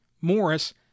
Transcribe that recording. Morris